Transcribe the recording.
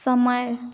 समय